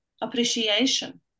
appreciation